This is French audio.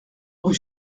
rue